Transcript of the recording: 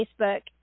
Facebook